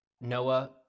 Noah